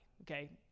okay